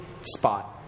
spot